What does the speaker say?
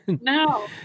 no